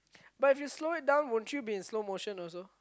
but if slow it down won't you be in slow motion also